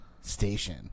station